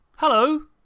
Hello